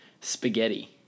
spaghetti